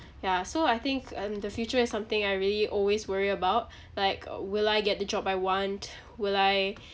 ya so I think um the future is something I really always worry about like will I get the job I want will I